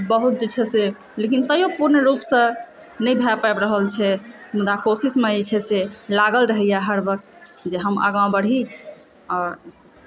बहुत जे छै से लेकिन ताहिओ पूर्ण रुपसँ नहि भए पाबि रहल छै मुदा कोशिशमे जे छै से लागल रहयए हर वक्त जे हम आगाँ बढ़ी आ